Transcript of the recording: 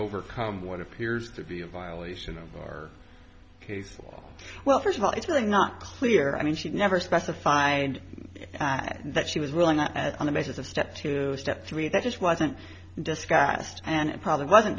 overcome what appears to be a violation of our case well first of all it's really not clear i mean she never specified that she was really not on the basis of step two step three that just wasn't discussed and it probably wasn't